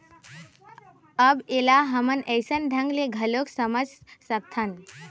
अब ऐला हमन अइसन ढंग ले घलोक समझ सकथन